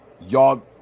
Y'all